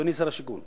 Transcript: אדוני שר השיכון,